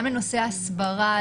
נושא ההסברה,